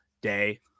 day